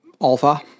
alpha